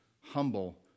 humble